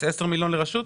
10 מיליון לרשות?